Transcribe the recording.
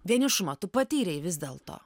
vienišumą tu patyrei vis dėl to